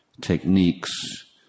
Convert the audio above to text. techniques